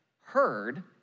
heard